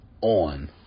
on